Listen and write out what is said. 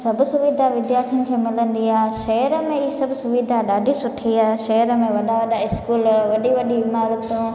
सभु सुविधा विद्यार्थियुनि खे मिलंदी आहे शहर में ई सभु सुविधा ॾाढी सुठी आहे शहर में वॾा वॾा स्कूल वॾी वॾी इमारतूं